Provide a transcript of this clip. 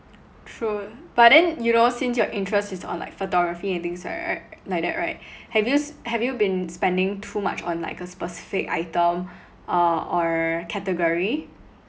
true but then you know since your interest is on like photography and things like that right have you s~ have you been spending too much on like a specific item uh or category